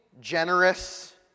generous